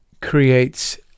creates